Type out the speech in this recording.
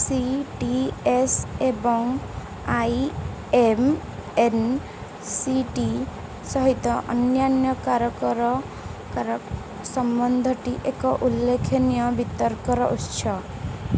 C T S ଏବଂ I M N C T ସହିତ ଅନ୍ୟାନ୍ୟ କାରକର କାର ସମ୍ବନ୍ଧଟି ଏକ ଉଲ୍ଲେଖନୀୟ ବିତର୍କର ଉତ୍ସ